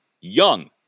young